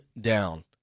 down